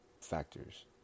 factors